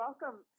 welcome